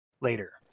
later